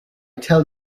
tell